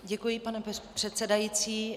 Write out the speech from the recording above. Děkuji, pane předsedající.